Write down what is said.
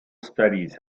studies